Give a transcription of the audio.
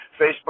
Facebook